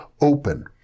open